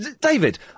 David